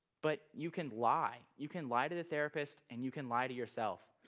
but you can lie you can lie to the therapist, and you can lie to yourself.